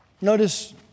Notice